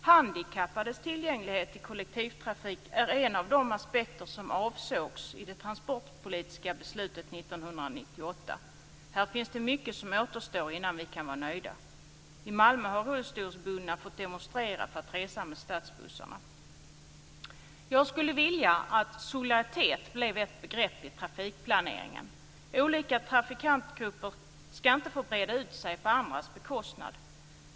Handikappades tillgänglighet till kollektivtrafiken är en av de aspekter som avsågs i det transportpolitiska beslutet 1998. Här återstår mycket innan vi kan vara nöjda. I Malmö har rullstolsbundna fått demonstrera för att få resa med stadsbussarna. Jag skulle vilja att solidaritet blev ett begrepp i trafikplaneringen. Olika trafikantgrupper ska inte få breda ut sig på andras bekostnad.